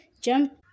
jump